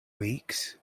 weeks